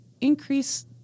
increase